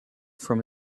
from